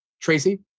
Tracy